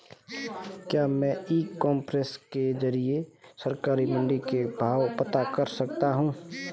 क्या मैं e commerce के ज़रिए सरकारी मंडी के भाव पता कर सकता हूँ?